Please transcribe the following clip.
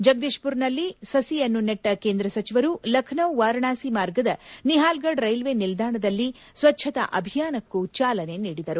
ಜಗದೀಶ್ಪುರ್ನಲ್ಲಿ ಸಸಿಯನ್ನು ನೆಟ್ನ ಕೇಂದ್ರ ಸಚಿವರು ಲಖನೌ ವಾರಾಣಸಿ ಮಾರ್ಗದ ನಿಹಾಲ್ಗಢ್ ರೈಲ್ವೆ ನಿಲ್ದಾಣದಲ್ಲಿ ಸ್ವಚ್ಟತಾ ಅಭಿಯಾನಕ್ಕೂ ಚಾಲನೆ ನೀಡಿದರು